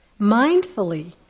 Mindfully